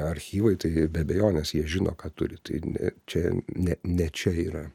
archyvai tai be abejonės jie žino ką turi tai čia ne ne čia yra